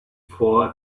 for